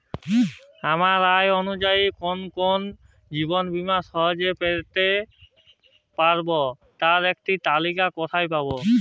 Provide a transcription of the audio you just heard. আমার আয় অনুযায়ী কোন কোন জীবন বীমা সহজে পেতে পারব তার একটি তালিকা কোথায় পাবো?